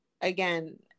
again